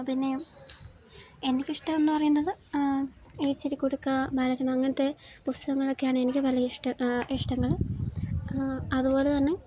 പിന്നെയും എനിക്കിഷ്ടമെന്ന് പറയുന്നത് ഈ ചിരിക്കുടുക്ക ബാലരമ അങ്ങനത്തെ പുസ്തകങ്ങളൊക്കെയാണ് എനിക്ക് വലിയ ഇഷ്ടം ഇഷ്ടങ്ങള് അതുപോലെതന്നെ